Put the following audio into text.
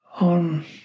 on